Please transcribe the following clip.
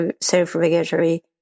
self-regulatory